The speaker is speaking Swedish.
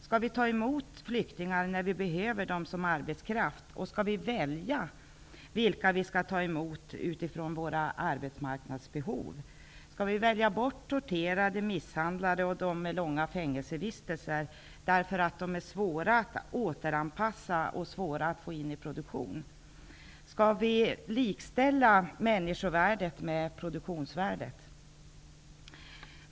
Skall vi ta emot flyktingar när vi behöver dem som arbetskraft, och skall vi välja vilka vi skall ta emot utifrån våra arbetsmarknadsbehov? Skall vi välja bort torterade, misshandlade och dem som haft långa fängelsevistelser därför att de är svåra att återanpassa och få in i produktion? Skall vi likställa människovärdet med produktionsvärdet?